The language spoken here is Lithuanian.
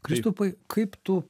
kristupai kaip tu